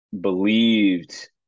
believed